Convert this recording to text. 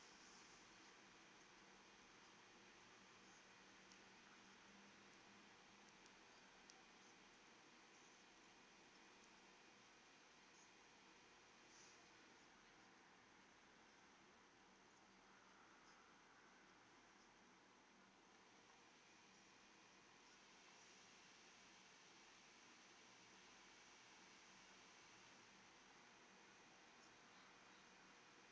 okay mm okay